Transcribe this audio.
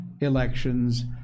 elections